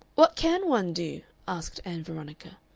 what can one do? asked ann veronica.